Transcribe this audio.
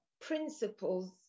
principles